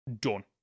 done